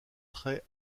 trait